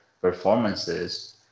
performances